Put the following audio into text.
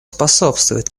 способствует